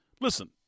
Listen